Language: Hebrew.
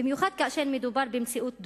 במיוחד כאשר מדובר במציאות דו-לאומית,